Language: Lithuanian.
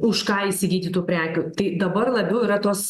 už ką įsigyti tų prekių tai dabar labiau yra tos